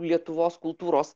lietuvos kultūros